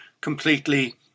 completely